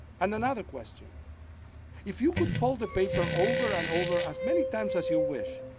and another question if you could fold the paper over and over, as many times as you wish,